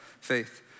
faith